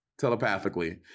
telepathically